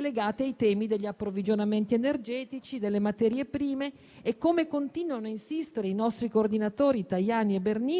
legate ai temi degli approvvigionamenti energetici e delle materie prime. Come inoltre continuano a insistere i nostri coordinatori Tajani e Bernini,